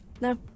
No